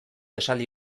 esaldi